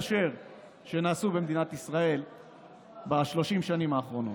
שנעשה במדינת ישראל ב-30 השנים האחרונות.